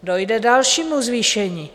Dojde k dalšímu zvýšení.